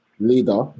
leader